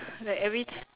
like every